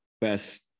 best